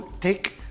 take